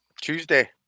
tuesday